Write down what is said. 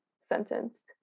sentenced